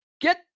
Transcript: Get